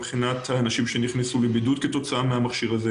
ולא מבחינת האנשים שנכנסו לבידוד כתוצאה מזה.